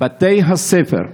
בתי הספר הדרוזיים,